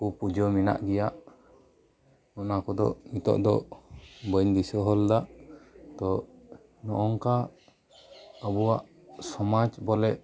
ᱠᱚ ᱯᱩᱡᱟᱹ ᱢᱮᱱᱟᱜ ᱜᱮᱭᱟ ᱚᱱᱟ ᱠᱚᱫᱚ ᱱᱤᱛᱚᱜ ᱫᱚ ᱵᱟᱹᱧ ᱫᱤᱥᱟᱹ ᱦᱚᱫ ᱫᱟ ᱛᱚ ᱱᱚᱝᱠᱟ ᱟᱵᱚᱣᱟᱜ ᱥᱚᱢᱟᱡᱽ ᱵᱚᱞᱮ